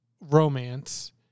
romance